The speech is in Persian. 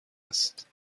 است